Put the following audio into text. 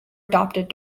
adopted